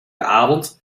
avond